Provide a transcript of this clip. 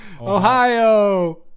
Ohio